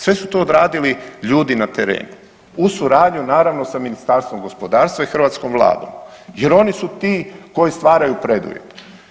Sve su to odradili ljudi na terenu, uz suradnju, naravno sa Ministarstvom gospodarstva i hrvatskom Vladom jer oni su ti koji stvaraju preduvjete.